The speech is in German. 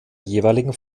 jeweiligen